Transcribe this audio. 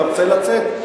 אתה רוצה לצאת?